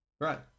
Right